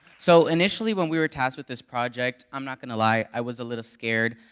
so initially when we were tasked with this project, i'm not going to lie, i was a little scared,